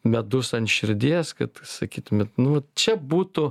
medus ant širdies kad sakytumėt nu vat čia būtų